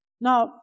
Now